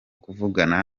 kuvugana